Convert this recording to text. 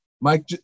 Mike